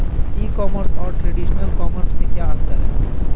ई commerce और traditional commerce में क्या अंतर है?